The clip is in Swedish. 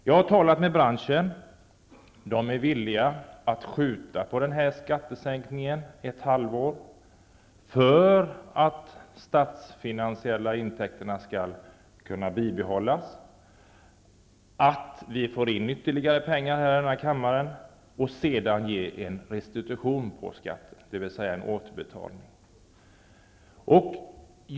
Jag har talat med folk inom branschen, och man accepterar att den här skattesänkningen skjuts ett halvår framåt för att de statsfinansiella intäkterna skall kunna bibehållas -- dvs. så att ytterligare pengar kommer in, därefter en restitution på skatten, alltså en återbetalning.